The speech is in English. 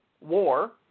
war